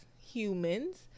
humans